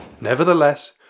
Nevertheless